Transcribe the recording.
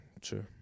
true